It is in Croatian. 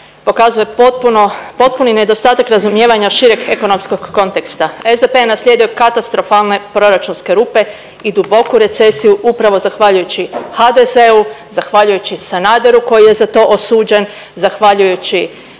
pokazuje potpuni nedostatak razumijevanja šireg ekonomskog konteksta. SDP je naslijedio katastrofalne proračunske rupe i duboku recesiju upravo zahvaljujući HDZ-u, zahvaljujući Sanaderu koji je za to osuđen, zahvaljujući